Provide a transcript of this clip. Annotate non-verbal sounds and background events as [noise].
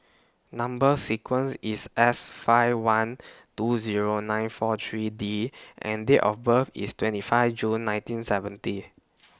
Number sequence IS S five one two Zero nine four three D and Date of birth IS twenty five June nineteen seventy [noise]